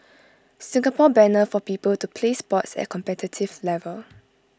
Singapore banner for people to play sports at competitive level